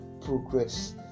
progress